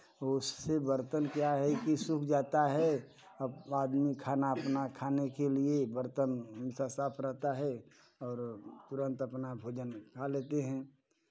उससे बर्तन क्या है कि सूख जाता है अब आदमी अपना खाने के लिये बर्तन हमेशा साफ रहता है और तुरंत अपना भोजन खा लेते हैं